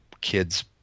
kids